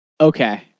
Okay